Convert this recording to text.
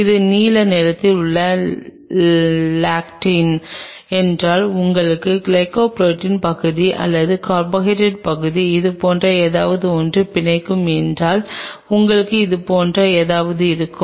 இது நீல நிறத்தில் உள்ள லெக்டின் என்றால் உங்களுக்கு கிளைகோபுரோட்டீன் பகுதி அல்லது கார்போஹைட்ரேட் பகுதி இது போன்ற ஏதாவது ஒன்றை பிணைக்கும் என்றால் உங்களுக்கு இது போன்ற ஏதாவது இருக்கும்